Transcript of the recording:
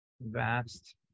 vast